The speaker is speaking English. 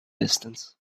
distance